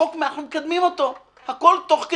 אנחנו מקדמים את הצעת החוק.